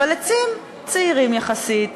אלא עצים צעירים יחסית,